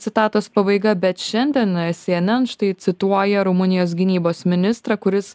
citatos pabaiga bet šiandien cnn štai cituoja rumunijos gynybos ministrą kuris